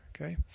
Okay